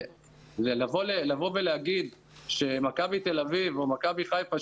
לבוא ולהגיד שמכבי תל אביב או מכתבי חיפה,